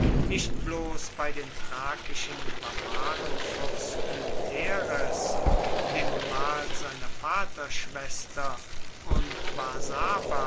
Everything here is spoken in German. nicht bloß bei den thrakischen barbarenfürsten teres dem gemahl seiner vaterschwester und